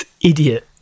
idiot